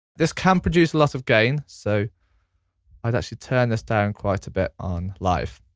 this can produce lots of gain, so i've actually turned this down quite a bit on live.